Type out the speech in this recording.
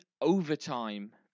overtime